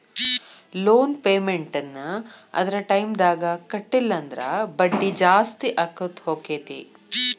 loan payment ನ್ನ ಅದರ್ ಟೈಮ್ದಾಗ್ ಕಟ್ಲಿಲ್ಲಂದ್ರ ಬಡ್ಡಿ ಜಾಸ್ತಿಅಕ್ಕೊತ್ ಹೊಕ್ಕೇತಿ